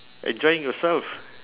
enjoying yourself